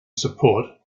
support